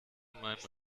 meinen